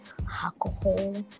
alcohol